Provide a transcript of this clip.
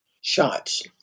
shots